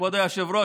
כבוד היושב-ראש,